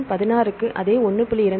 மற்றும் 16 க்கு அதே 1